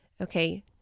okay